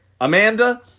Amanda